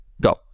Go